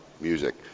music